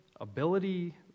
ability